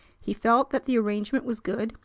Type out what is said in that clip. he felt that the arrangement was good,